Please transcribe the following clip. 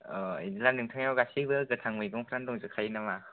अ बिदिब्ला नोंथांनाव गासैबो गोथां मैगंफ्रानो दंजोबखायो नामा